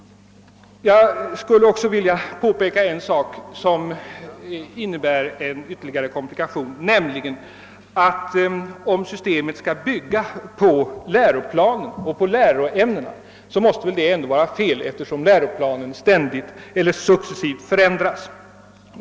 Jag vill peka på ännu en komplikation. Det måste vara felaktigt att bygga systemet på läroämnena enligt läroplanen, eftersom denna successivt förändras.